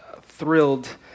thrilled